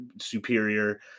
superior